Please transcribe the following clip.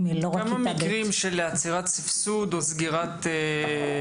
של עצירת סבסוד או סגירה?